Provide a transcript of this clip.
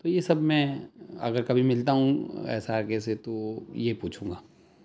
تو یہ سب میں اگر کبھی ملتا ہوں ایس آر کے سے تو یہ پوچھوں گا